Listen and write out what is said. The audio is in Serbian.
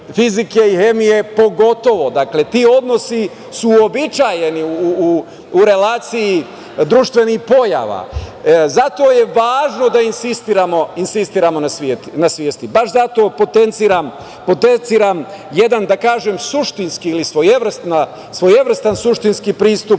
fizike i hemije pogotovo. Dakle, ti odnosi su uobičajeni u relaciji društvenih pojava. Zato je važno da insistiramo na svesti. Baš zato potenciram jedan, da kažem, suštinski ili svojevrstan suštinski pristup